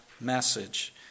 message